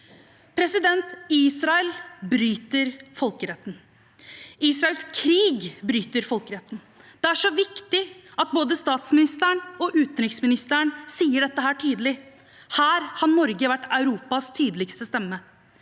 og sikkerhet. Israel bryter folkeretten. Israels krig bryter folkeretten. Det er så viktig at både statsministeren og utenriksministeren sier dette tydelig. Her har Norge vært Europas tydeligste stemme.